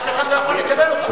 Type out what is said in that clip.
אף אחד לא יכול לקבל אותם.